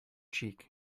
cheek